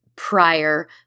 prior